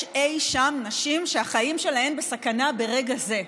אי-שם נשים שהחיים שלהן בסכנה ברגע זה.